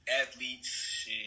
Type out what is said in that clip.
athletes